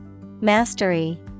Mastery